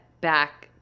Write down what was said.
back